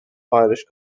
irish